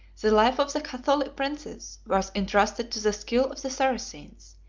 the life of the catholic princes was intrusted to the skill of the saracens,